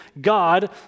God